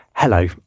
Hello